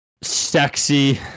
sexy